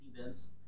events